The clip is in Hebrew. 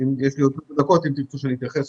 יש לי עוד 6 דקות, אם תרצו שאתייחס